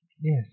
Yes